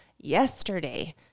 yesterday